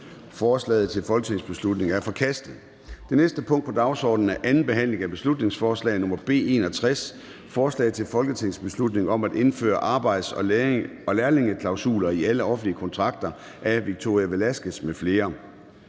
Forslaget til folketingsbeslutning er forkastet. --- Det næste punkt på dagsordenen er: 7) 2. (sidste) behandling af beslutningsforslag nr. B 61: Forslag til folketingsbeslutning om at indføre arbejds- og lærlingeklausuler i alle offentlige kontrakter. Af Victoria Velasquez (EL) m.fl.